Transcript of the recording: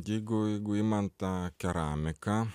jeigu jeigu imant tą keramiką